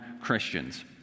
Christians